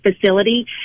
Facility